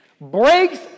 breaks